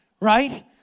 Right